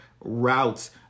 routes